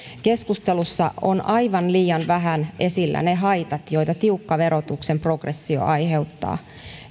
keskustelussa ovat aivan liian vähän esillä ne haitat joita tiukka verotuksen progressio aiheuttaa